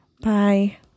Bye